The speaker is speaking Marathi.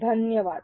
धन्यवाद